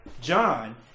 John